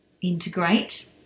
integrate